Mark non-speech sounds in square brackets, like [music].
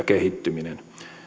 [unintelligible] kehittyminen